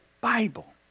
Bible